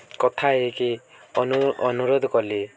କଥାହେଇକି ଅନୁ ଅନୁରୋଧ କଲେ